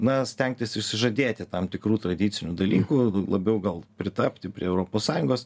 na stengtis išsižadėti tam tikrų tradicinių dalykų labiau gal pritapti prie europos sąjungos